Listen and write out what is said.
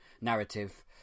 narrative